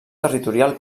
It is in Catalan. territorial